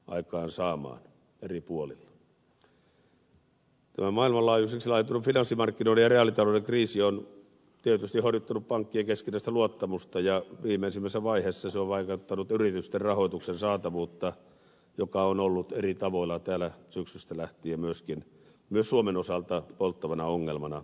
tämä maailmanlaajuiseksi laajentunut finanssimarkkinoiden ja reaalitalouden kriisi on tietysti horjuttanut pankkien keskinäistä luottamusta ja viimeisimmässä vaiheessa se on vaikeuttanut yritysten rahoituksen saatavuutta mikä on ollut eri tavoilla täällä syksystä lähtien myöskin suomen osalta polttavana ongelmana esillä